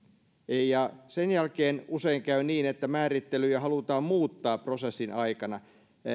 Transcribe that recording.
ja sen jälkeen usein käy niin että määrittelyjä halutaan muuttaa prosessin aikana